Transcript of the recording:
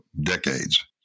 decades